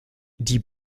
die